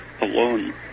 alone